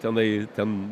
tenai ten